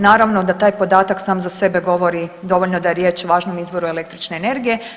Naravno da taj podatak sam za sebe govori dovoljno da je riječ o važnom izvoru električne energije.